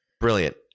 brilliant